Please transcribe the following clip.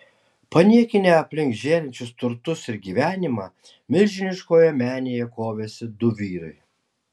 paniekinę aplink žėrinčius turtus ir gyvenimą milžiniškoje menėje kovėsi du vyrai